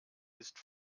ist